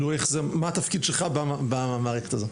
מה התפקיד שלך במערכת הזאת.